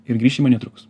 ir grįšime netrukus